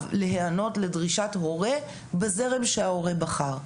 להיענות לדרישת הורה בזרם שההורה בחר.